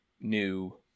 new